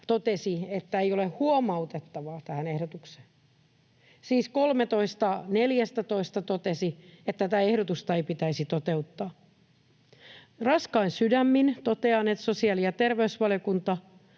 totesi, että ei ole huomautettavaa tähän ehdotukseen. Siis 13 kuultavaa 14:stä totesi, että tätä ehdotusta ei pitäisi toteuttaa. Raskain sydämin totean, että sosiaali‑ ja terveysvaliokunta